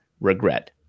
regret